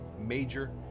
major